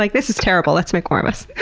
like this is terrible, let's make more of us.